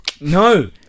No